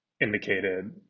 indicated